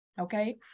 okay